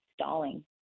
stalling